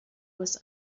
was